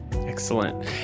Excellent